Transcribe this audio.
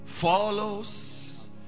follows